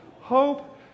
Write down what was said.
hope